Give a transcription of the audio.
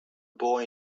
boy